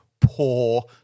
poor